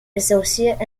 associate